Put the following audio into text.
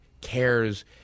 cares